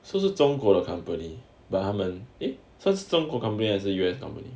是不是中国的 company but 他们 eh 他们是中国的 company as 还是 U_S company